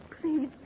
Please